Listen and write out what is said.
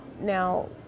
Now